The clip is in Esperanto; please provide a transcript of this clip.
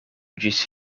ĝis